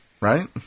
right